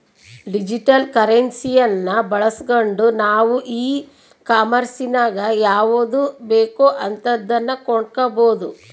digital ಕರೆನ್ಸಿಯನ್ನ ಬಳಸ್ಗಂಡು ನಾವು ಈ ಕಾಂಮೆರ್ಸಿನಗ ಯಾವುದು ಬೇಕೋ ಅಂತದನ್ನ ಕೊಂಡಕಬೊದು